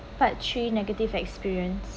part three negative experience